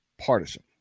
partisan